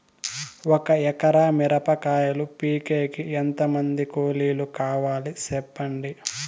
ఒక ఎకరా మిరప కాయలు పీకేకి ఎంత మంది కూలీలు కావాలి? సెప్పండి?